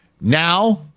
now